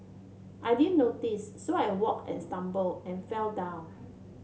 I didn't notice so I walked and stumbled and fell down